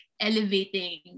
Elevating